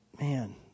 man